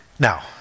Now